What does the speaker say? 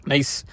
Nice